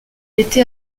était